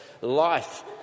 life